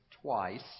twice